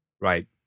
right